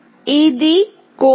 ఇది కోడ్